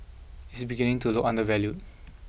is beginning to look undervalued